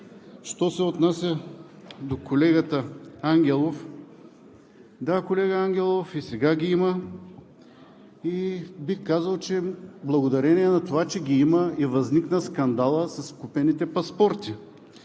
Що се отнася до колегата Ангелов, да, колега Ангелов, и сега ги има и бих казал, че благодарение на това, че ги има, възникна скандалът с купените паспорти.